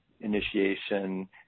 initiation